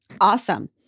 Awesome